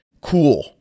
cool